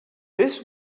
this